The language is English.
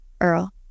Earl